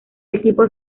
equipo